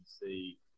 see